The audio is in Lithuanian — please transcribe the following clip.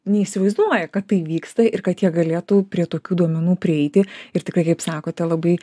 neįsivaizduoja kad tai vyksta ir kad jie galėtų prie tokių duomenų prieiti ir tikrai kaip sakote labai